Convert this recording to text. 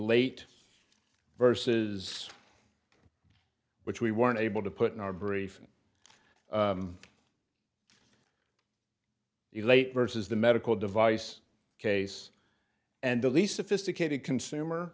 late verses which we weren't able to put in our brief the late versus the medical device case and the least sophisticated consumer